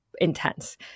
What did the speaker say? intense